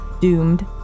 doomed